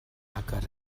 agor